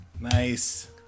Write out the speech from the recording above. Nice